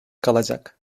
kalacak